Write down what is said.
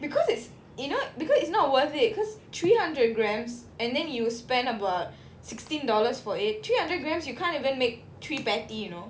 because it's you know because it's not worth it because three hundred grams and then you spend about sixteen dollars for it three hundred grams you can't even make three patty you know